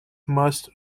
must